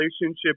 relationship